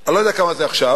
אני לא יודע כמה זה עכשיו.